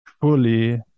fully